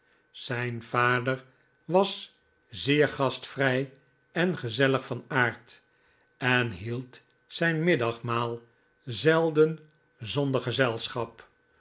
zijn vader was zeer gastvrij en gezellig van aard en hield zijn middagmaal zelden zonder gezelschap